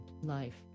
life